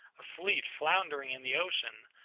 a fleet foundering in the ocean,